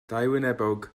dauwynebog